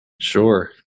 Sure